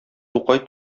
тукай